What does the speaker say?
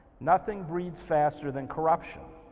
nothing breeds faster than corruption.